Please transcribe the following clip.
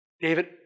David